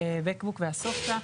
בק-בוק ואסופתא,